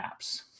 apps